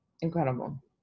incredible